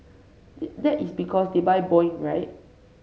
that is because they buy Boeing right